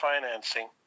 financing